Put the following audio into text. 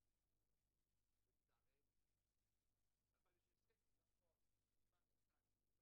השורה התחתונה עד שזה פורסם,